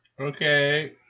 Okay